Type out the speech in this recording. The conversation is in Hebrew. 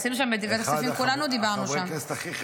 עשינו שם בוועדת כספים, כולנו דיברנו שם.